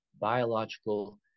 biological